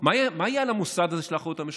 מה יהיה על המוסד הזה של האחריות המשותפת?